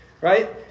Right